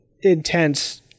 intense